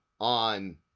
on